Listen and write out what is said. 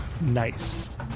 Nice